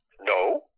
No